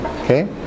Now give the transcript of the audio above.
okay